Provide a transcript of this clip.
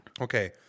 Okay